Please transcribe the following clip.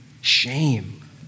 shame